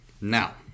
Now